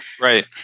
right